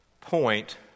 point